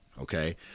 Okay